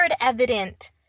evident